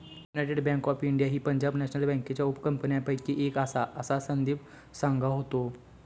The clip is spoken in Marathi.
युनायटेड बँक ऑफ इंडिया ही पंजाब नॅशनल बँकेच्या उपकंपन्यांपैकी एक आसा, असा संदीप सांगा होतो